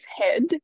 head